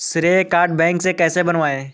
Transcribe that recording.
श्रेय card bank से कैसे बनवाएं?